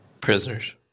Prisoners